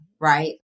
right